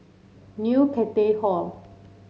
New Cathay Hall